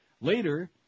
Later